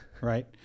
Right